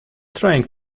trying